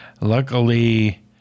luckily